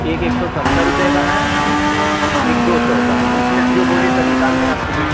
एक एक सौ सत्तर रुपये का है एक दो सौ का है तो इसमें से जो बोलिए सर निकाल दें आपके लिए